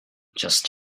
just